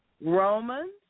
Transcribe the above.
Romans